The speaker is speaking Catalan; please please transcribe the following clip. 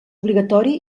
obligatori